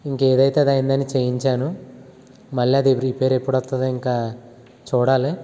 ఇంక ఏదైతే అది అయ్యిందని చేయించాను మళ్ళీ అది రిపేర్ ఎప్పుడు వస్తుందో ఇంక చూడాలి